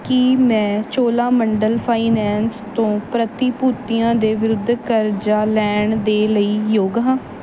ਕੀ ਮੈਂ ਚੋਲਾਮੰਡਲ ਫਾਈਨੈਂਸ ਤੋਂ ਪ੍ਰਤੀਭੂਤੀਆਂ ਦੇ ਵਿਰੁੱਧ ਕਰਜ਼ਾ ਲੈਣ ਦੇ ਲਈ ਯੋਗ ਹਾਂ